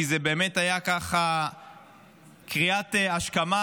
כי זו באמת הייתה קריאת השכמה,